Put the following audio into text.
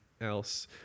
else